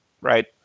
right